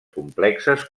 complexes